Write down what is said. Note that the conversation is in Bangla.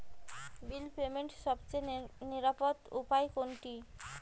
বিল পেমেন্টের সবচেয়ে নিরাপদ উপায় কোনটি?